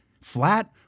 Flat